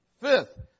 Fifth